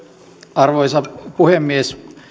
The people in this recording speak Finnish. arvoisa puhemies